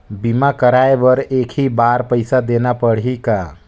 बीमा कराय बर एक ही बार पईसा देना पड़ही का?